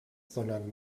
sondern